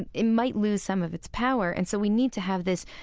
and it might lose some of its power. and so we need to have this,